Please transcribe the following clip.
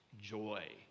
joy